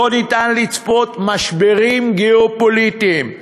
לא ניתן לצפות משברים גיאו-פוליטיים,